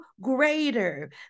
greater